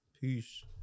Peace